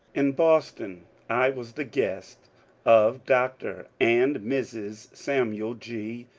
in boston i was the guest of dr. and mrs. samuel g.